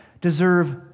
deserve